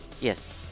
Yes